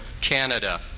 Canada